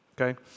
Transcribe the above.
okay